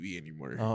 anymore